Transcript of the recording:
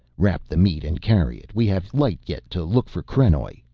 wrap the meat and carry it, we have light yet to look for krenoj.